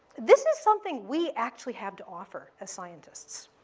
this is something we actually have to offer as scientists.